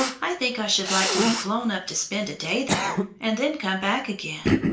i think i should like to be blown up to spend a day there, and then come back again.